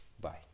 Bye